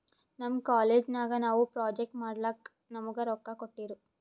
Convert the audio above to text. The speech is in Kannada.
ನಮ್ ಕಾಲೇಜ್ ನಾಗ್ ನಾವು ಪ್ರೊಜೆಕ್ಟ್ ಮಾಡ್ಲಕ್ ನಮುಗಾ ರೊಕ್ಕಾ ಕೋಟ್ಟಿರು